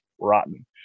rotten